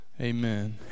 Amen